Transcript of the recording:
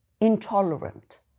intolerant